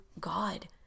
God